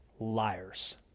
liars